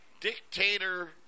dictator